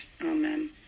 Amen